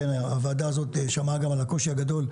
כי הוועדה הזו שמעה גם על הקושי הגדול,